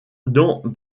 dan